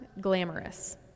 glamorous—